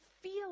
feel